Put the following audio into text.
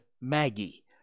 Maggie